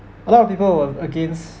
a lot of people would have against